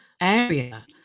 area